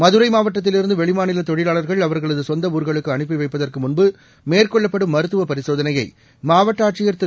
மதுரை மாவட்டத்தில் இருந்து வெளிமாநில தொழிலாளா்கள் அவா்களது சொந்த ஊர்களுக்கு அனுப்பி வைப்பதற்கு முன்பு மேற்கொள்ளப்படும் மருத்துவப் பரிசோதனையை மாவட்ட ஆட்சியர் திரு